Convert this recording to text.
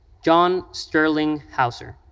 john sterling houser.